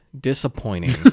disappointing